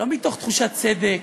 לא מתוך תחושת צדק,